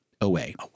away